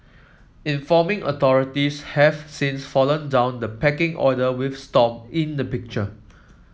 informing authorities has since fallen down the pecking order with Stomp in the picture